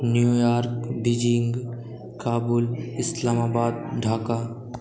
New York Beijing Kabul Islamabad Dhaka